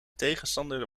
tegenstander